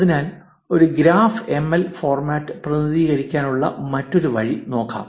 അതിനാൽ ഒരു graph ML format പ്രതിനിധീകരിക്കാനുള്ള മറ്റൊരു വഴി നോക്കാം